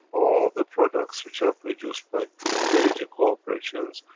all the products which are produced by major corporations,